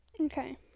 Okay